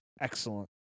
excellent